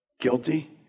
guilty